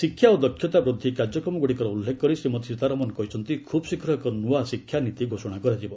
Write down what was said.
ଶିକ୍ଷା ଓ ଦକ୍ଷତା ବୃଦ୍ଧି କାର୍ଯ୍ୟକ୍ରମଗୁଡ଼ିକର ଉଲ୍ଲେଖ କରି ଶ୍ରୀମତୀ ସୀତାରମଣ କହିଛନ୍ତି ଖୁବ୍ ଶୀଘ୍ର ଏକ ନ୍ତୁଆ ଶିକ୍ଷାନୀତି ଘୋଷଣା କରାଯିବ